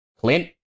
Clint